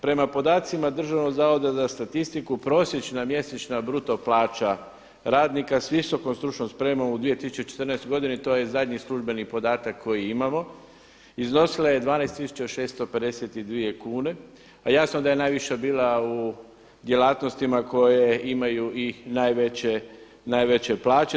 Prema podacima Državnog zavoda za statistiku prosječna mjesečna bruto plaća radnika s visokom stručnom spremom u 2014. godini to je zadnji službeni podatak koji imamo iznosila je 12 652 kune a jasno da je najviša bila u djelatnostima koje imaju i najveće plaće.